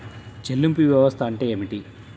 చెల్లింపు వ్యవస్థ అంటే ఏమిటి?